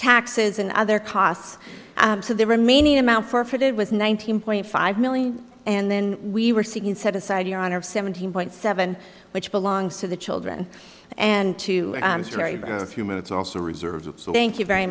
taxes and other costs to the remaining amount for for it was nineteen point five million and then we were seeking set aside your honor of seventeen point seven which belongs to the children and to very few minutes also reserved thank you very